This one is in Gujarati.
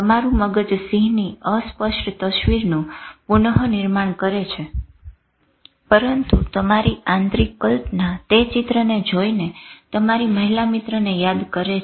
તમારું મગજ સિંહની અસ્પષ્ટ તસવીરનું પુનઃનિર્માણ કરે છે પરંતુ તમારી આંતરિક કલ્પના તે ચિત્રને જોઈ ને તમારી મહિલામિત્ર ને યાદ કરે છે